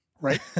Right